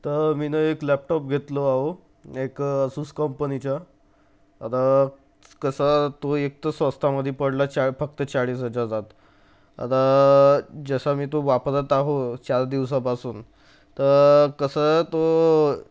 तर मीनं एक लॅपटॉप घेतला आहे एक सुस कंपनीचा आता कसा तो एक तर स्वस्तामधे पडला च्या फक्त चाळीस हजारात आता जसा मी तो वापरत आहे चार दिवसापासून तर कसा तो